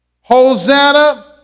Hosanna